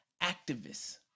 activists